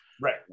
Right